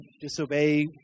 disobey